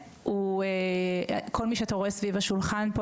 כל מי שאתה רואה סביב השולחן פה,